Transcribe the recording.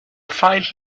find